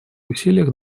усилиях